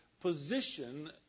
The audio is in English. position